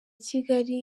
kigali